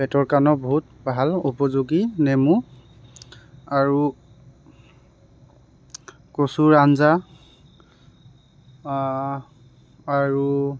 পেটৰ কাৰণেও বহুত ভাল উপযোগী নেমু আৰু কচুৰ আঞ্জা আৰু